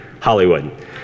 Hollywood